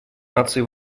наций